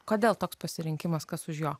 kodėl toks pasirinkimas kas už jo